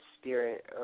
spirit